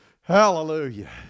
Hallelujah